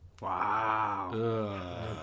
Wow